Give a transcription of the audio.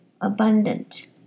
abundant